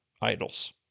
idols